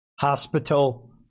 hospital